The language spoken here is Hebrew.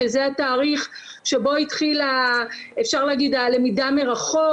שזה התאריך שבו התחילה הלמידה מרחוק,